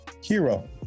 Hero